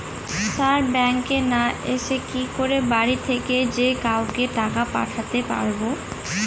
Sir ব্যাঙ্কে না এসে কি করে বাড়ি থেকেই যে কাউকে টাকা পাঠাতে পারবো?